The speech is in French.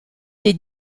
des